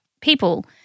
people